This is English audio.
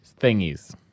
thingies